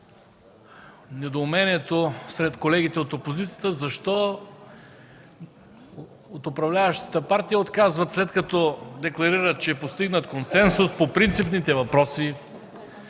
недоумението сред колегите от опозицията защо от управляващата партия отказват, след като декларират, че е постигнат консенсус по принципните въпроси,